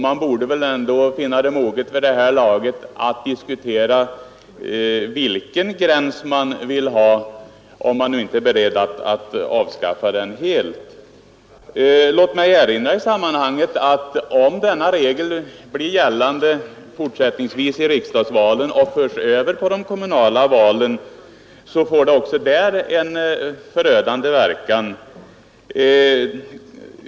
Man borde vid det här laget ändå finna det moget att diskutera vilken gräns man vill ha, om man inte är beredd att avskaffa den helt. Låt mig i sammanhanget erinra om att om denna regel i fortsättningen blir gällande vid riksdagsvalen och förs över på de kommunala valen, får den också där en negativ verkan.